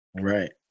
Right